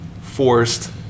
forced